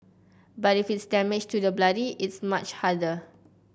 but if it's damage to the body it's much harder